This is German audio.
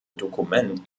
dokument